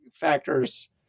Factors